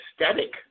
aesthetic